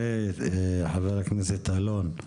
חבר הכנסת אלון,